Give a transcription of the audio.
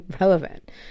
relevant